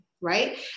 Right